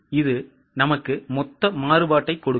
இது நமக்கு மொத்த மாறுபாட்டைக் கொடுக்கும்